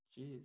Jeez